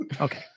Okay